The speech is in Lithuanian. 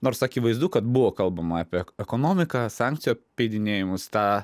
nors akivaizdu kad buvo kalbama apie ekonomiką sankcijų apeidinėjimus tą